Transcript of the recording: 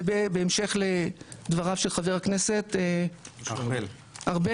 ובהמשך לדבריו של חבר הכנסת ארבל,